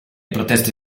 proteste